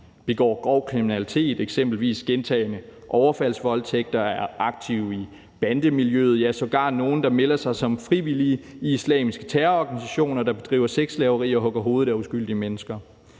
begår grov kriminalitet, eksempelvis gentagne overfaldsvoldtægter, og er aktive i bandemiljøet. Der er sågar nogle, der melder sig som frivillige i islamiske terrororganisationer, der bedriver sexslaveri og hugger hovederne af uskyldige mennesker.